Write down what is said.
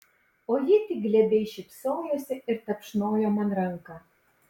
o ji tik glebiai šypsojosi ir tapšnojo man ranką